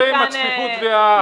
עם הצפיפות וההרים?